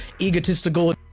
egotistical